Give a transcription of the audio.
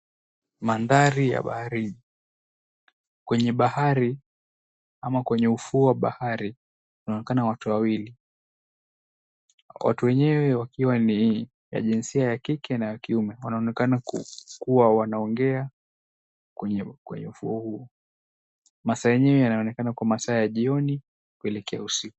Mandhari ya baharini, kwenye bahari ama kwenye ufuo wa bahari kunaonekana watu wawili, watu weneywe wakiwa ni wa jinsia ya kike na ya kiume. Wanaonekana kuwa wanaongea kwenye ufuo huo. Masaa yenyewe yanaonekana kuwa masaa ya jioni kuelekea usiku